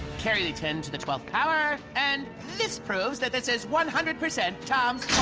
carry the ten to the twelfth power and this proves that this is one-hundred percent tom's